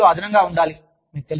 ఏదో ఒక విలువ అదనంగా ఉండాలి